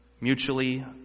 Mutually